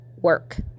work